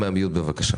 בבקשה.